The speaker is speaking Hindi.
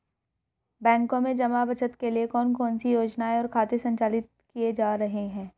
बैंकों में जमा बचत के लिए कौन कौन सी योजनाएं और खाते संचालित किए जा रहे हैं?